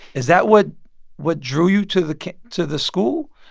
is that what what drew you to the to the school?